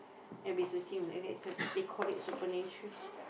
and be searching and that's the they call it supernatural